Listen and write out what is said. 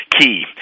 Key